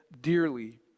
dearly